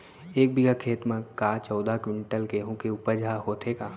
एक बीघा खेत म का चौदह क्विंटल गेहूँ के उपज ह होथे का?